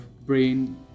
brain